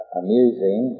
amusing